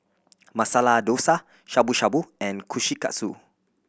Masala Dosa Shabu Shabu and Kushikatsu